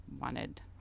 wanted